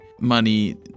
money